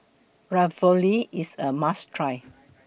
Ravioli IS A must Try